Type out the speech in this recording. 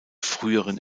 früheren